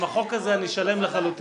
עם החוק הזה אני שלם לחלוטין.